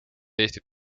eestit